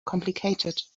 complicated